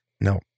No